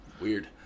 Weird